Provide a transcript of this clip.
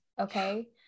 Okay